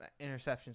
interceptions